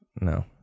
No